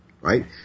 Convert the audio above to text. Right